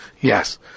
Yes